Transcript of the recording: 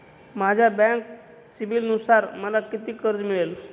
माझ्या बँक सिबिलनुसार मला किती कर्ज मिळेल?